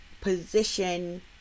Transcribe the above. position